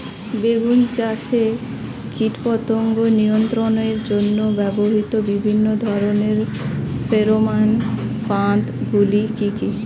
বেগুন চাষে কীটপতঙ্গ নিয়ন্ত্রণের জন্য ব্যবহৃত বিভিন্ন ধরনের ফেরোমান ফাঁদ গুলি কি কি?